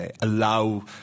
allow